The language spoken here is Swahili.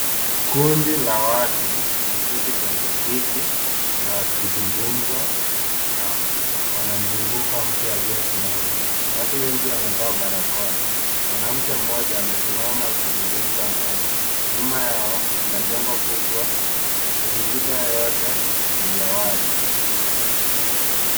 Kundi la watu wameketi kwenye viti na wakizungumza na wanamzunguka mtu aliyesimama ,watu wengi wamevaa barakoa mwanamke mmoja amesimama akizungumza nao nyuma yao kuna jengo kubwa mazingira yote ni ya wazi.